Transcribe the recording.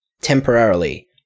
temporarily